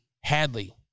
Hadley